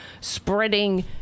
spreading